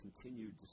continued